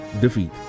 defeat